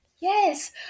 Yes